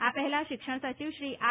આ પહેલા શિક્ષણ સચિવ શ્રી આર